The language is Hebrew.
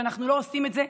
כשאנחנו לא עושים את זה,